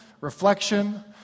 reflection